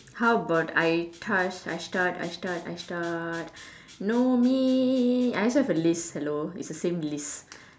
how about I start I start I start I start I start no me I also have a list hello it's the same list